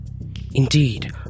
Indeed